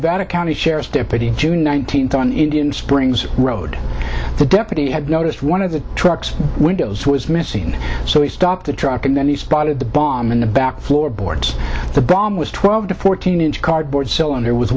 nevada county sheriff's deputy june nineteenth on indian springs road the deputy had noticed one of the truck's windows was missing so he stopped the truck and then he spotted the bomb in the back floorboards the bomb was twelve to fourteen inch cardboard cylinder w